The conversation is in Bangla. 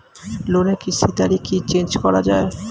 লোনের কিস্তির তারিখ কি চেঞ্জ করা যায়?